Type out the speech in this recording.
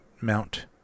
mount